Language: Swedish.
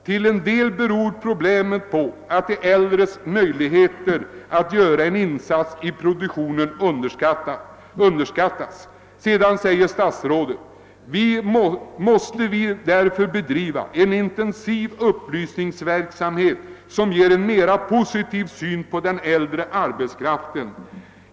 Till en del beror problemen på att de äldres möjligheter att göra en insats i produktionen underskattas.> Statsrådet uttalar vidare att vi därför också måste »bedriva en intensiv upplysningsverksamhet, som ger en mera positiv syn på den äldre arbetskraften».